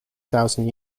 thousand